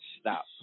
stop